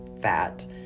fat